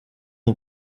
aux